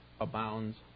abounds